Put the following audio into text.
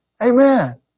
Amen